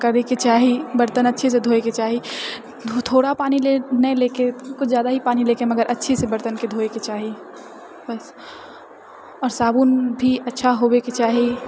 करैके चाही बर्तन अच्छे से धोएके चाही थोड़ा पानी लए नहि लेके किछु जादा ही पानी लेके मगर अच्छे से बर्तनके धोएके चाही बस आओर साबुन भी अच्छा होबेके चाही